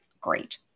great